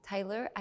Tyler